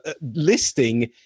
listing